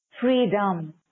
Freedom